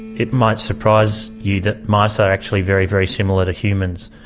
it might surprise you that mice are actually very, very similar to humans.